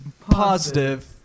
positive